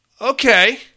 Okay